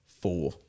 four